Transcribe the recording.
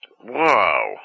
Whoa